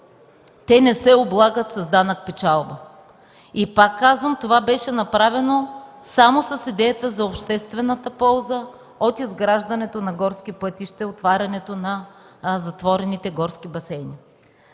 те не се облагат с данък печалба. Пак казвам, това беше направено само с идеята за обществената полза от изграждането на горски пътища и отварянето на затворените горски басейни.